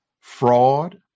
fraud